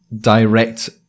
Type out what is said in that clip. direct